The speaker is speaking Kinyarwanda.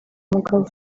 mugabo